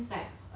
like it's a